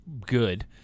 good